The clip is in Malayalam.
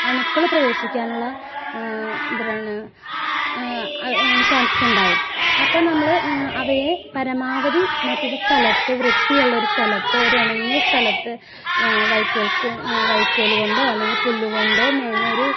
അണുക്കൾ പ്രവേശിക്കാനുള്ള എന്ത്രാണ് ചാൻസസ് ഉണ്ടാകും അപ്പം നമ്മൾ അവയെ പരമാവധി മറ്റൊര് സ്ഥലത്ത് വൃത്തിയുള്ള ഒരു സ്ഥലത്ത് ഒരു ഉണങ്ങിയ സ്ഥലത്ത് വൈക്കോല് വൈക്കോല് കൊണ്ടോ അല്ലെങ്കിൽ പുല്ല് കൊണ്ടോ മേഞ്ഞ ഒര്